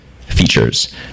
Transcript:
features